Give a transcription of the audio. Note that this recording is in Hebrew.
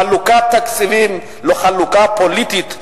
חלוקת תקציבים לחלוקה פוליטית,